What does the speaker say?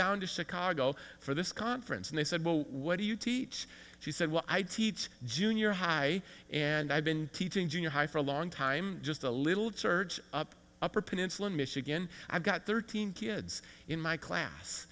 down to chicago for this conference and they said well what do you teach she said well i teach junior high and i've been teaching junior high for a long time just a little surge up upper peninsula of michigan i've got thirteen kids in my class